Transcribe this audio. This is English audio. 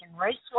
Raceway